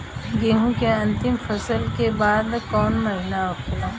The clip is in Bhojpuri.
गेहूँ के अंतिम फसल के बाद कवन महीना आवेला?